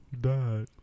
died